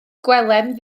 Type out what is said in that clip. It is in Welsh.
gwelem